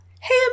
Hey